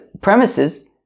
premises